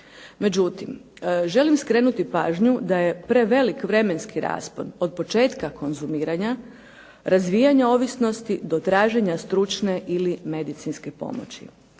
Međutim, želim skrenuti da je prevelik vremenski raspon od početka konzumiranja, razvijanja ovisnosti do traženja stručne ili medicinske pomoći.